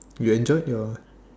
you enjoyed your